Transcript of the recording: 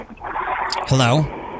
Hello